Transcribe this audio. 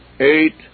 Eight